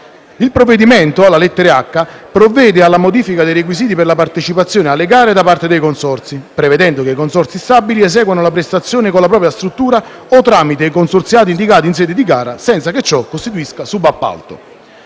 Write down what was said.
Il provvedimento, alla lettera *h),* stabilisce la modifica dei requisiti per la partecipazione alle gare da parte dei consorzi, prevedendo che i consorzi stabili eseguano la prestazione con la propria struttura o tramite i consorziati indicati in sede di gara, senza che ciò costituisca subappalto.